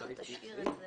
להצביע?